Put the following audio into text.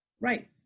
Right